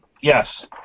Yes